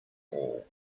all